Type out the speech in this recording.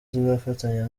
tuzafatanya